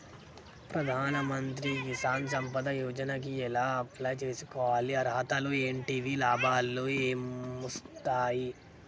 ప్రధాన మంత్రి కిసాన్ సంపద యోజన కి ఎలా అప్లయ్ చేసుకోవాలి? అర్హతలు ఏంటివి? లాభాలు ఏమొస్తాయి?